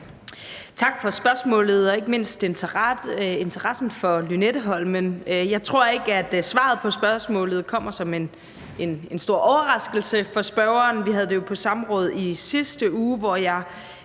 Tak for spørgsmålet og ikke mindst interessen for Lynetteholmen. Jeg tror ikke, at svaret på spørgsmålet kommer som en stor overraskelse for spørgeren. Vi havde jo et samråd om det i sidste uge, hvor jeg